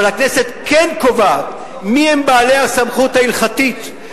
אבל הכנסת כן קובעת מיהם בעלי הסמכות ההלכתית,